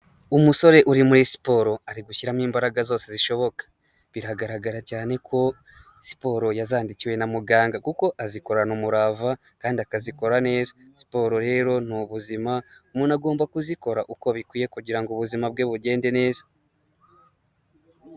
Umusore uri muri siporo ari gushyiramo imbaraga zose zishoboka. Biragaragara cyane ko siporo yazandikiwe na muganga, kuko azikorana umurava kandi akazikora neza. Siporo rero ni ubuzima, umuntu agomba kuzikora uko bikwiye kugira ubuzima bwe bugende neza.